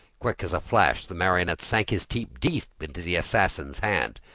quick as a flash, the marionette sank his teeth deep into the assassin's hand,